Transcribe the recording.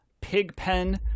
Pigpen